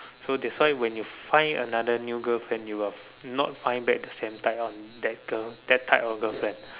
so that's why when you find another new girlfriend you will not find back the same type on that girl that type of girlfriend